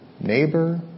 neighbor